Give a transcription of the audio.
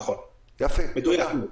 נכון, מדויק.